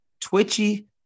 twitchy